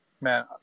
man